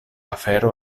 afero